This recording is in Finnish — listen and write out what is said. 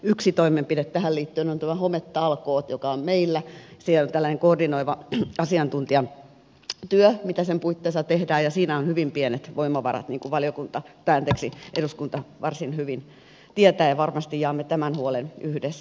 yksi toimenpide tähän liittyen on tämä hometalkoot joka on meillä siellä tällainen koordinoiva asiantuntijatyö mitä sen puitteissa tehdään ja siinä on hyvin pienet voimavarat niin kuin eduskunta varsin hyvin tietää ja varmasti jaamme tämän huolen yhdessä